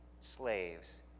slaves